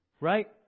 right